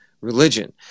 religion